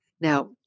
Now